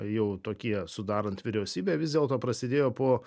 jau tokie sudarant vyriausybę vis dėlto prasidėjo po